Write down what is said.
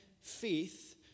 faith